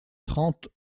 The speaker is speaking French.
trente